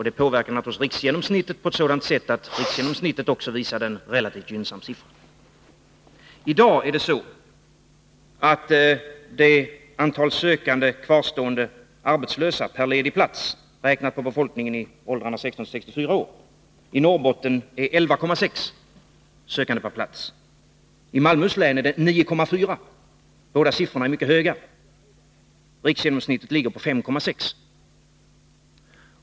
Det påverkade naturligtvis riksgenomsnittet så att det visade relativt gynnsamma arbetslöshetssiffror. I dag är antalet sökande arbetslösa perledig plats, räknat på befolkningen i åldrarna 16-64 år, i Norrbotten 11,6 och i Malmöhus län 9,4. Båda siffrorna är mycket höga — riksgenomsnittet ligger på 5,6.